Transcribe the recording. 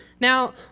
now